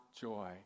joy